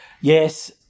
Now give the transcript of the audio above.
yes